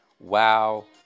Wow